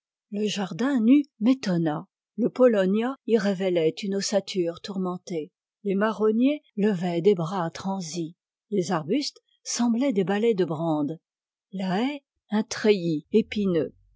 le jardin nu m'étonna le paulownia y révélait une ossature tourmentée les marronniers levaient des bras transis les arbustes semblaient des balais de brande la haie un treillis épineux